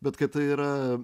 bet kad tai yra